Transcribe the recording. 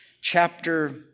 chapter